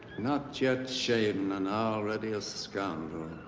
not yet shaven and already a scoundrel,